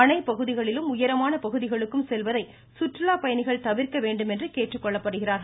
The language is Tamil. அணை பகுதிகளிலும் உயரமான பகுதிகளுக்கும் செல்வதை சுற்றுலா பயணிகள் தவிர்க்க வேண்டும் என்றும் கேட்டுக்கொள்ளப்படுகிறார்கள்